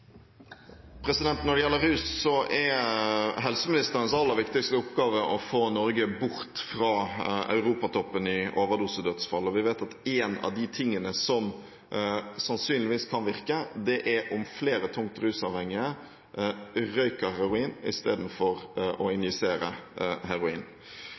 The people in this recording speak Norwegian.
helseministerens aller viktigste oppgave å få Norge bort fra europatoppen i antall overdosedødsfall. Vi vet at en av de tingene som sannsynligvis kan virke, er om flere tungt rusavhengige røyker heroin istedenfor å injisere heroin.